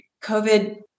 COVID